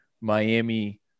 Miami –